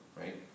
right